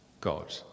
God